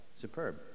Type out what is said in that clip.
superb